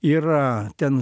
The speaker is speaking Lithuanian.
yra ten